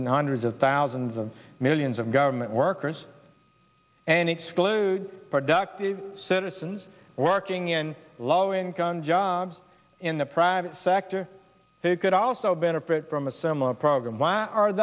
and hundreds of thousands of millions of government workers and exclude productive citizens working in low income jobs in the private sector they could also benefit from a similar approach why are